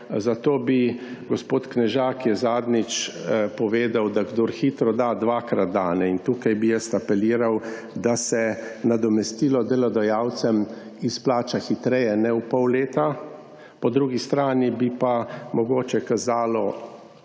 Zato bi, gospod Knežak je zadnjič povedal, da kdor hitro da dvakrat da in tukaj bi jaz apeliral, da se nadomestilo delodajalcem izplača hitreje, ne v pol leta, po drugi strani bi pa mogoče kazalo